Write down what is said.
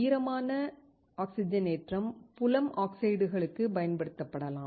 ஈரமான ஆக்சிஜனேற்றம் புலம் ஆக்சைடுகளுக்கு பயன்படுத்தப்படலாம்